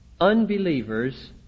unbelievers